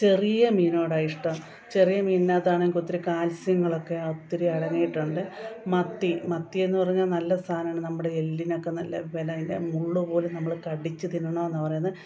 ചെറിയ മീനോടാണ് ഇഷ്ടം ചെറിയ മീൻനാത്താണെങ്കിൽ ഒത്തിരി കാൽസ്യങ്ങളൊക്കെ ഒത്തിരി അടങ്ങിയിട്ടുണ്ട് മത്തി മത്തിയെന്നു പറഞ്ഞ നല്ല സാധനമാണ് നമ്മുടെ എല്ലിനൊക്കെ നല്ല ബലം അതിൻ്റെ മുള്ളുപോലും നമ്മൾ കടിച്ചു തിന്നണമെന്നു പറയുന്നെ